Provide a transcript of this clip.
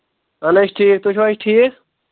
اَہن حظ ٹھیٖک تُہۍ چھِو حظ ٹھیٖک